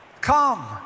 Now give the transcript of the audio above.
Come